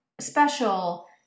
special